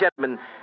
gentlemen